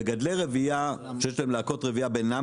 מגדלי רבייה שיש להם להקות רבייה בינם